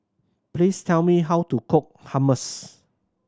please tell me how to cook Hummus